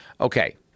Okay